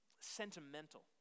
sentimental